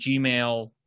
Gmail